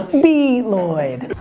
b. lloyd.